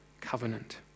covenant